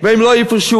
והם לא יפרשו,